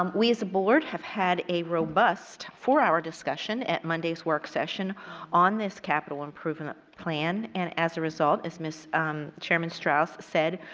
um we, as a board, have had a robust four-hour discussion at monday's work session on this capital improvement plan and as a result, as chairman strauss said,